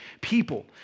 people